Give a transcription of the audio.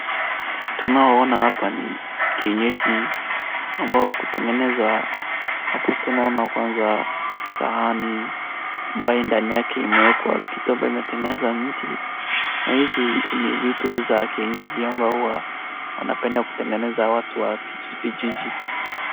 Tunaoona hapa ni kienyeji ambao kutengeneza, hapo tu naona kwanza sahani ambayo ndani yake imeekwa kitabu imetengenezwa mti na hizi ni vitu za kienyeji ambao wanapenda kutengeneza watu wa vijiji.